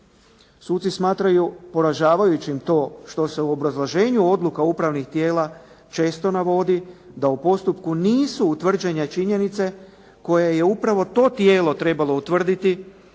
Suci smatraju poražavajućim to što se u obrazloženju odluka upravnih tijela često navodi da u postupku nisu utvrđene činjenice koje je upravo to tijelo trebalo utvrditi.